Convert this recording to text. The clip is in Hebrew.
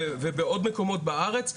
ובעוד מקומות בארץ,